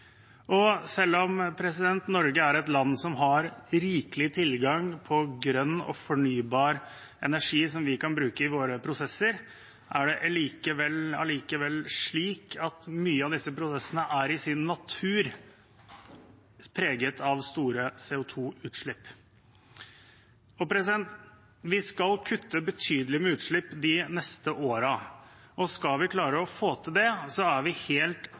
energi. Selv om Norge er et land som har rikelig tilgang på grønn og fornybar energi vi kan bruke i våre prosesser, er det likevel slik at mye av disse prosessene er i sin natur preget av store CO 2 -utslipp. Vi skal kutte betydelig med utslipp de neste årene. Skal vi klare å få til det, er vi helt